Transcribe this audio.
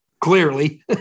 clearly